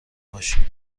باشیم